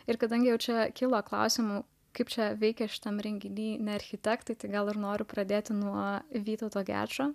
ir kadangi čia kyla klausimų kaip čia veikė šitam renginy ne architektai tai gal ir noriu pradėti nuo vytauto gečo